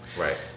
Right